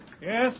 Yes